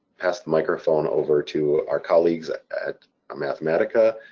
pass the microphone over to our colleagues at mathematica,